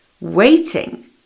Waiting